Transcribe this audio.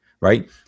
right